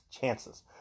chances